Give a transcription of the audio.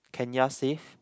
Kenya safe